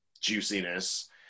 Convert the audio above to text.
juiciness